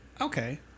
Okay